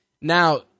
Now